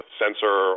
sensor